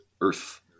Earth